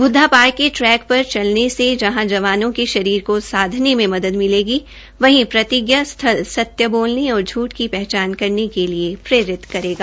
बृदवा park के track पर चलने से यहां जवानों के शरीर को साधन में मदद मिलेगी वहीं प्रतिज्ञा स्थल सत्य बोलने और झूठ की पहचान करने के लिए प्रेरित करेगा